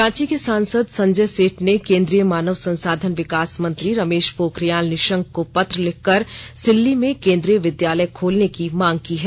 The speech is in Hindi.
रांची के सांसद संजय सेठ ने केंद्रीय मानव संसाधन विकास मंत्री रमेश पोखरियाल निशंक को पत्र लिख कर सिल्ली में केंद्रीय विद्यालय खोलने की मांग की है